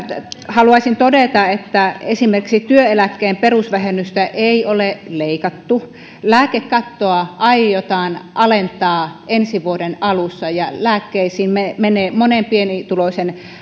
haluaisin todeta että esimerkiksi työeläkkeen perusvähennystä ei ole leikattu ja lääkekattoa aiotaan alentaa ensi vuoden alussa lääkkeisiin menee monen pienituloisen